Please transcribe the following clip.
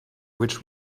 which